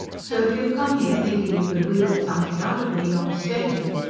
so if you've come here thinking you can wheedle something out of me, you're mistaken.